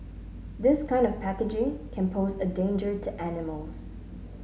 this kind of packaging can pose a danger to animals